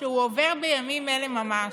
שהוא עובר בימים אלה ממש.